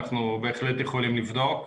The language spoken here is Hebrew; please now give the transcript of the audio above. אנחנו בהחלט יכולים לבדוק.